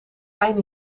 pijn